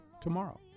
tomorrow